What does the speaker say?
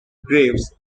graves